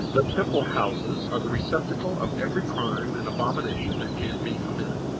the temple-houses are the receptacle of every crime and abomination that can be committed.